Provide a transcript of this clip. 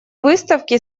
выставки